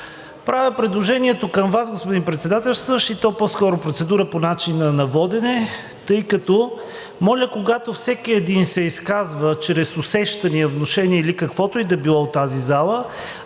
Правя предложението към Вас, господин Председателстващ, и то по-скоро процедура по начина на водене, тъй като, моля, когато всеки един се изказва чрез усещания, внушения или каквото и да било от тази зала,